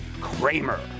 Kramer